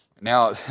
Now